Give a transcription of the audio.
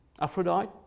Aphrodite